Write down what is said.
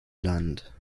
land